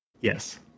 Yes